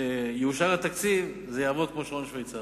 כשיאושר התקציב, זה יעבוד כמו שעון שוויצרי.